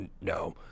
No